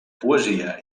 poesia